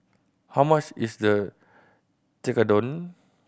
how much is the Tekkadon